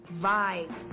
vibe